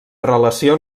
relació